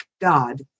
God